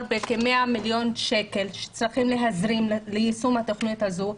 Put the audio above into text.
בכ-100 מיליון שקלים שצריכים להזרים ליישום התכנית הזו,